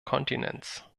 kontinents